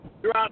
Throughout